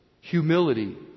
humility